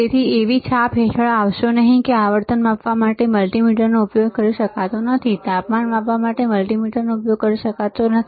તેથી એવી છાપ હેઠળ આવશો નહીં કે આવર્તન માપવા માટે મલ્ટિમીટરનો ઉપયોગ કરી શકાતો નથીતાપમાન માપવા માટે મલ્ટિમીટરનો ઉપયોગ કરી શકાતો નથી